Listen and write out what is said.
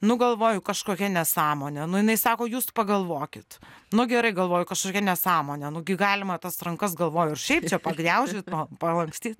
nu galvoju kažkokia nesąmonė nu jinai sako jūs pagalvokit nu gerai galvoju kažkokia nesąmonė nu gi galima tas rankas galvoju ir šiaip čia pagniaužyt nu palankstyt